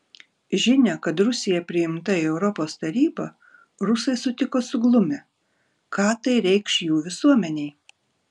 žinią kad rusija priimta į europos tarybą rusai sutiko suglumę ką tai reikš jų visuomenei